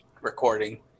recording